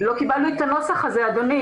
אדוני, לא קיבלנו את הנוסח הזה.